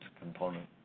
component